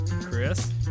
Chris